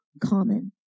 common